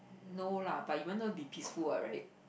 no lah but it would not be peaceful what right